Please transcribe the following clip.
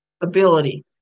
ability